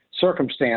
circumstance